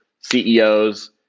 CEOs